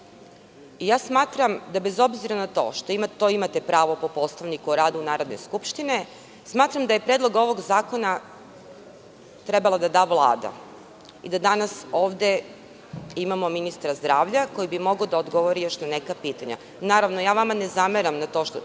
akta. Smatram da bez obzira na to, to imate pravo po Poslovniku o radu Narodne skupštine, smatram da je predlog ovog zakona trebalo da da Vlada i da danas ovde imamo ministra zdravlja, koji bi mogao da odgovori još na neka pitanja. Naravno, ja vama ne zameram na tome što